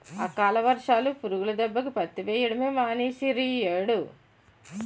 అకాల వర్షాలు, పురుగుల దెబ్బకి పత్తి వెయ్యడమే మానీసేరియ్యేడు